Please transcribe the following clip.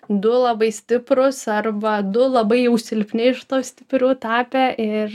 du labai stiprūs arba du labai jau silpni iš tų stiprių tapę ir